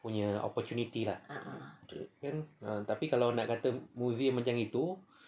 punya opportunity lah tapi kalau nak kata museum macam gitu